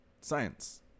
Science